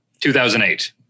2008